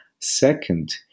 Second